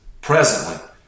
presently